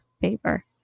favor